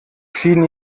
schien